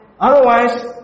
Otherwise